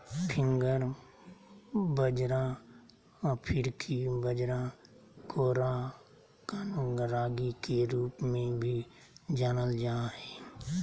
finger बाजरा अफ्रीकी बाजरा कोराकन रागी के रूप में भी जानल जा हइ